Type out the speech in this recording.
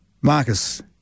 Marcus